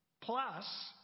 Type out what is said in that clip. plus